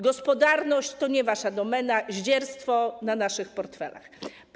Gospodarność to nie wasza domena, zdzierstwo na naszych portfelach.